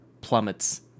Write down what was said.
plummets